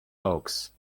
oaks